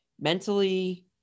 mentally